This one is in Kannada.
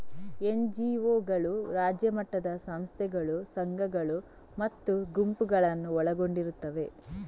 ಎನ್.ಜಿ.ಒಗಳು ರಾಜ್ಯ ಮಟ್ಟದ ಸಂಸ್ಥೆಗಳು, ಸಂಘಗಳು ಮತ್ತು ಗುಂಪುಗಳನ್ನು ಒಳಗೊಂಡಿರುತ್ತವೆ